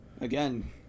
Again